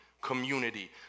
community